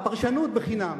פרשנות בחינם.